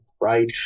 right